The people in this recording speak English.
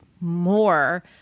more